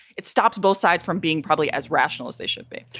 it stops both sides from being probably as rational as they should be.